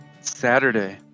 Saturday